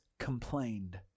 complained